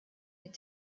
mit